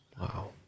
Wow